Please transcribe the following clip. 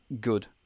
good